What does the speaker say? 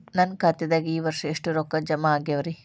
ನನ್ನ ಖಾತೆದಾಗ ಈ ವರ್ಷ ಎಷ್ಟು ರೊಕ್ಕ ಜಮಾ ಆಗ್ಯಾವರಿ?